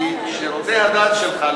כי שירותי הדת שלך,